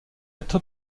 être